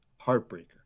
heartbreaker